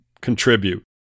contribute